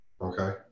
okay